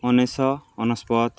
ଉଣେଇଶ ଶହ ଅନେଶ୍ଵତ